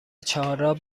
چهارراه